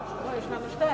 יש לנו שניים.